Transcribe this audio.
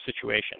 situation